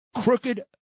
crooked